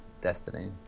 Destiny